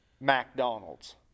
McDonald's